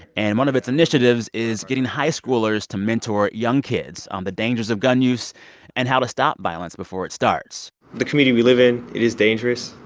and one of its initiatives is getting high schoolers to mentor young kids on the dangers of gun use and how to stop violence before it starts the community we live in, it is dangerous.